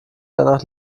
danach